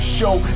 show